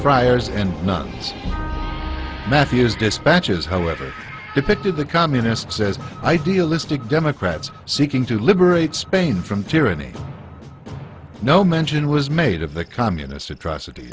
friars and not matthews dispatches however depicted the communists as idealistic democrats seeking to liberate spain from tyranny no mention was made of the communist atrocit